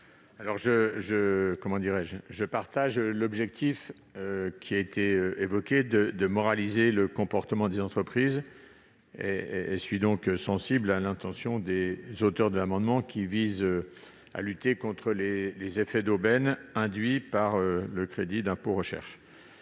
Je souscris à l'objectif de moraliser le comportement des entreprises et suis donc sensible à l'intention des auteurs des amendements, qui cherchent à lutter contre les effets d'aubaine induits par le crédit d'impôt recherche.